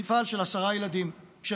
מפעל של עשרה פועלים.